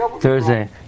Thursday